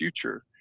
future